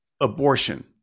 abortion